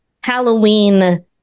Halloween